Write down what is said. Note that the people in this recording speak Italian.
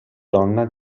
donna